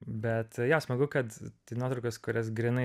bet jo smagu kad tai nuotraukos kurias grynai